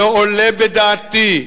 לא עולה בדעתי,